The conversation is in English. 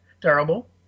terrible